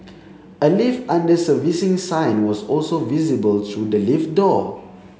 a lift under servicing sign was also visible through the lift door